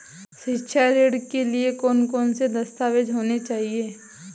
शिक्षा ऋण के लिए कौन कौन से दस्तावेज होने चाहिए?